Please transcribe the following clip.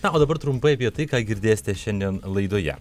na o dabar trumpai apie tai ką girdėsite šiandien laidoje